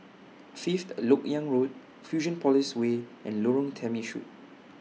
Fifth Lok Yang Road Fusionopolis Way and Lorong Temechut